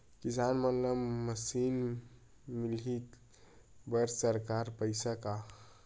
किसान मन ला मशीन मिलही बर सरकार पईसा का?